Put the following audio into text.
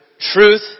truth